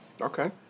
Okay